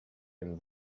him